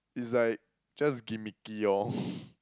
it's like just gimmicky orh